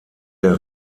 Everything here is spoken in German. der